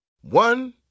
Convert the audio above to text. One